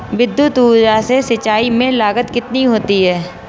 विद्युत ऊर्जा से सिंचाई में लागत कितनी होती है?